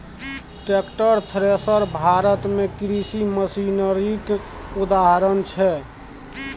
tractor, thresher Bharat मे कृषि मशीनरीक उदाहरण छै